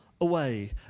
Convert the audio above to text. away